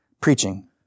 preaching